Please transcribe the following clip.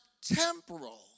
temporal